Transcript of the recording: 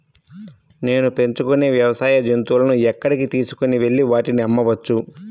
నేను పెంచుకొనే వ్యవసాయ జంతువులను ఎక్కడికి తీసుకొనివెళ్ళి వాటిని అమ్మవచ్చు?